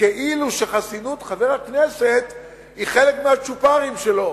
כאילו שחסינות חבר הכנסת היא חלק מהצ'ופרים שלו: